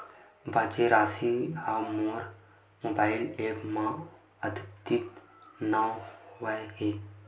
बचे राशि हा मोर मोबाइल ऐप मा आद्यतित नै होए हे